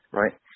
right